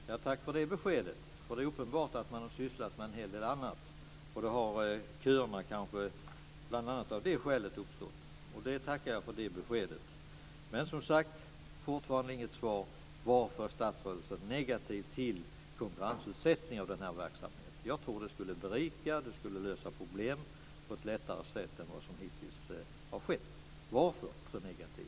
Fru talman! Tack för det beskedet. Det är uppenbart att man har sysslat med en hel del annat, och köerna har kanske uppstått bl.a. av det skälet. Det beskedet tackar jag för. Men jag har fortfarande inte fått något svar på frågan varför statsrådet är så negativ till konkurrensutsättning av denna verksamhet. Jag tror att det skulle berika. Det skulle lösa problem på ett lättare sätt än vad som hittills har skett. Varför så negativ?